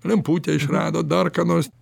lemputę išrado dar ką nors